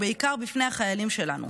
ובעיקר בפני החיילים שלנו,